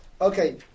Okay